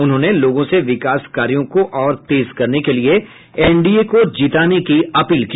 उन्होंने लोगों से विकास कार्यों को और तेज करने के लिये एनडीए को जिताने की अपील की